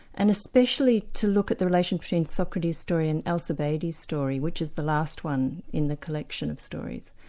and especially to look at the relation between socrates' story and alcibiades' story, which is the last one in the collection of stories.